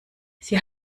sie